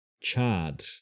Chad